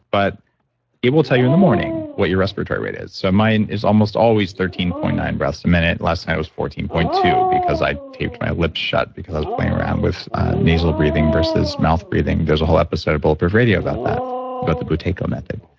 but it will tell you in the morning what your respiratory rate is so, mine is almost always thirteen point nine breaths a minute. last night, it was fourteen point two because i taped my lips shut because i was playing around with nasal breathing versus mouth breathing. there's a whole episode of bulletproof radio about that about the buteyko method.